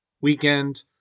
weekend